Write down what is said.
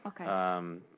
Okay